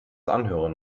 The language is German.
anhören